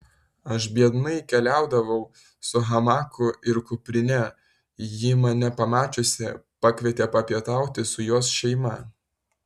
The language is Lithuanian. aš biednai keliaudavau su hamaku ir kuprine ji mane pamačiusi pakvietė papietauti su jos šeima